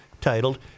titled